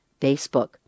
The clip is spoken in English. Facebook